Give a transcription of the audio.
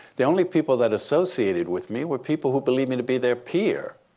the only people that associated with me were people who believed me to be their peer,